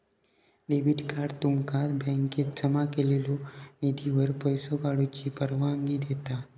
debit card तुमका बँकेत जमा केलेल्यो निधीवर पैसो काढूची परवानगी देता